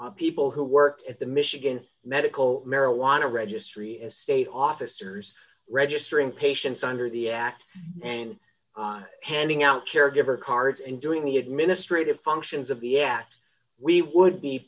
people who worked at the michigan medical marijuana registry and state officers registering patients under the act and handing out caregiver cards and doing the administrative functions of the act we would be